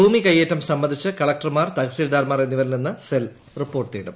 ഭൂമി കൈയേറ്റം സംബന്ധിച്ച് കളക്ടർമാർ തഹസീൽദാർമാർ എന്നിവരിൽ നിന്ന് സെൽ റിപ്പോർട്ട് തേടും